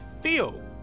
feel